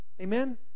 Amen